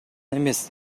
эмес